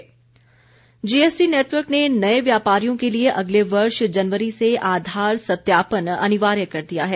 GST GST network ने नए व्यापारियों के लिए अगले वर्ष जनवरी से आधार सत्यापन अनिवार्य कर दिया है